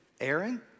Aaron